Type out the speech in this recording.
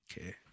Okay